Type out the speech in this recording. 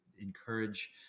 encourage